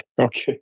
Okay